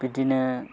बिदिनो